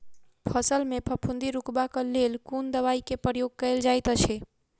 फसल मे फफूंदी रुकबाक लेल कुन दवाई केँ प्रयोग कैल जाइत अछि?